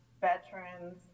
veterans